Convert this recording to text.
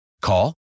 Call